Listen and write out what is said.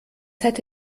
hätte